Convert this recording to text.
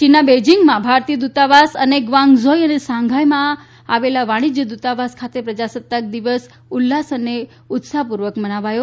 ચીનના બેઇજિંગમાં ભારતીય દૂતાવાસ અને ગ્વાંગઝોઇ અને શાંઘાઈમાં આવેલા વાણીજ્ય દુતાવાસ ખાતે પ્રજાસત્તાક દિવસ ઉલ્લાસ અને ઉત્સાહથી ઉજવવામાં આવ્યો